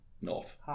North